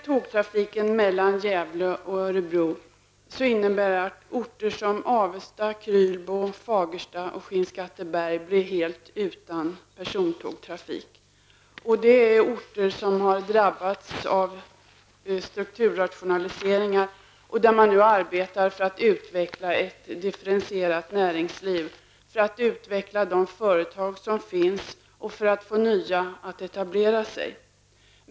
Det är orter som har drabbats av strukturrationaliseringar och där man nu arbetar för att utveckla ett differentierat näringsliv, för att utveckla de företag som finns och för att få nya företag att etablera sig.